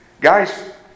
Guys